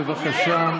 בבקשה,